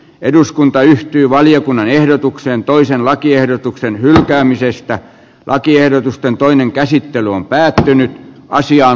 eduskunta yhtyi valiokunnan ehdotuksen toisen lakiehdotuksen hylkäämisestä lakiehdotusten toinen käsittely on päättynyt tai sijaan